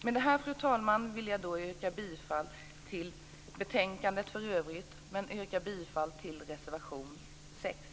Med detta, fru talman, vill jag yrka bifall till reservation 6 och till hemställan i betänkandet i övrigt.